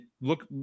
look